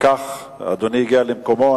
אדוני הגיע למקומו.